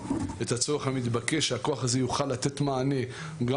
את הצורך המתבקש שהכוח הזה יוכל לתת מענה גם